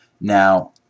Now